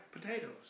potatoes